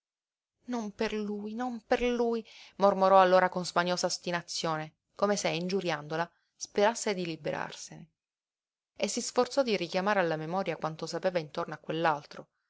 non per lui non per lui mormorò allora con smaniosa ostinazione come se ingiuriandola sperasse di liberarsene e si sforzò di richiamare alla memoria quanto sapeva intorno a